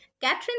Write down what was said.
Catherine